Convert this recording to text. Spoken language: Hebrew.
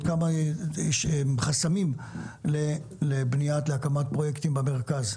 או עד כמה חסמים יש להקמת פרויקטים במרכז?